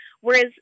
Whereas